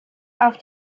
auf